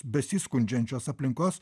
besiskundžiančios aplinkos